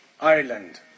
Ireland